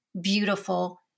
beautiful